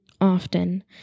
often